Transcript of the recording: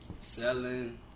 selling